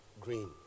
green